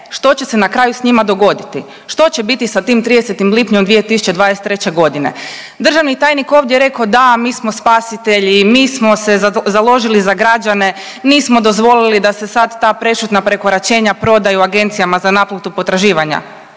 što će se na kraju s njima dogoditi, što će biti sa tim 30. lipnjem 2023. godine. Državni tajnik ovdje je rekao da mi smo spasitelji, mi smo se založili za građane, nismo dozvolili da se sad ta prešutna prekoračenja prodaju agencijama za naplatu potraživanja.